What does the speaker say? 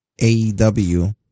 AEW